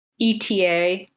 ETA